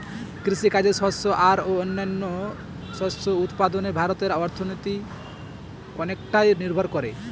কৃষিকাজে শস্য আর ও অন্যান্য শস্য উৎপাদনে ভারতের অর্থনীতি অনেকটাই নির্ভর করে